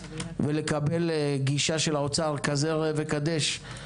ולקבל גישה של האוצר כזה ראה וקדש,